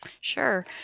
Sure